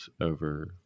over